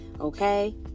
okay